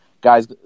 guys